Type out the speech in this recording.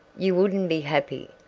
you wouldn't be happy.